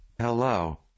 Hello